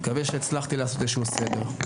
אני מקווה שהצלחתי לעשות איזשהו סדר.